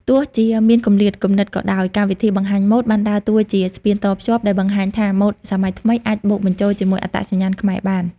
ទោះជាមានគម្លាតគំនិតក៏ដោយ កម្មវិធីបង្ហាញម៉ូដបានដើរតួជា ស្ពានតភ្ជាប់ ដោយបង្ហាញថាម៉ូដសម័យថ្មីអាចបូកបញ្ចូលជាមួយអត្តសញ្ញាណខ្មែរបាន។